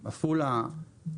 עפולה,